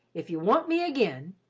if you want me again,